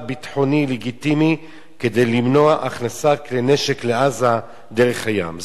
ביטחוני לגיטימי כדי למנוע הכנסת כלי נשק לעזה דרך הים.